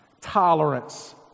Tolerance